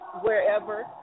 wherever